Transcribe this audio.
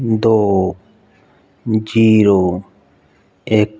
ਦੋ ਜੀਰੋ ਇੱਕ